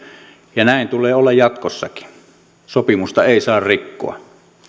ja näin tulee olla jatkossakin sopimusta ei saa rikkoa